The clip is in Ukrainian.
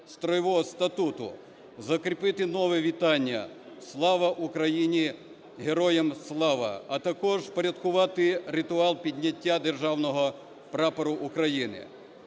Стройового статуту, закріпити нове вітання "Слава Україні" – "Героям слава", а також впорядкувати ритуал підняття Державного Прапору України.